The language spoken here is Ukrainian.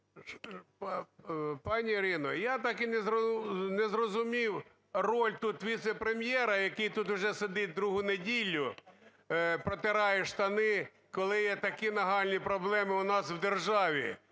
Пані Ірино, я так і не зрозумів тут роль віце-прем'єра, який тут уже сидить другу неділю, протирає штани, коли є такі нагальні проблеми у нас в державі.